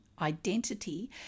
identity